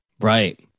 Right